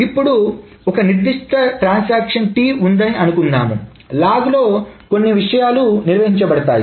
ఇప్పుడు ఒక నిర్దిష్ట ట్రాన్సాక్షన్ T ఉందని అనుకుందాం లాగ్లో కొన్ని విషయాలు నిర్వహించబడతాయి